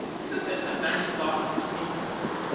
isn't this a nice thought from stevenson?